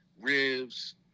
ribs